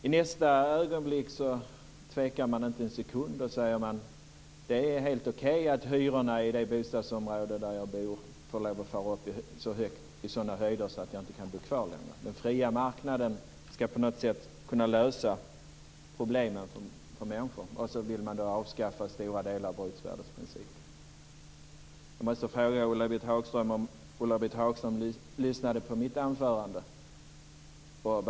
I nästa ögonblick tvekar man inte en sekund när man säger att det är helt okej att hyrorna höjs så mycket att människor inte kan bo kvar. Den fria marknaden ska kunna lösa problemen. Sedan vill man då avskaffa stora delar av bruksvärdesprincipen. Jag måste fråga Ulla-Britt Hagström om hon lyssnade på mitt anförande.